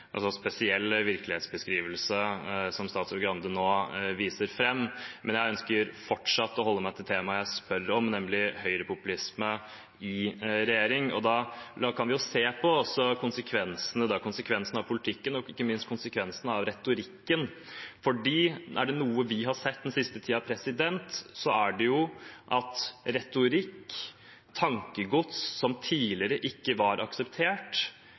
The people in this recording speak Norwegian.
spesiell virkelighetsbeskrivelse statsråd Skei Grande nå viser fram, men jeg ønsker fortsatt å holde meg til temaet jeg spør om, nemlig høyrepopulisme i regjering. Da kan vi se på konsekvensene av politikken, og ikke minst konsekvensene av retorikken, for er det noe vi har sett den siste tiden, er det jo at retorikk og tankegods som tidligere ikke var akseptert,